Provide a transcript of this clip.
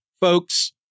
folks